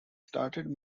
started